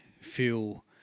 feel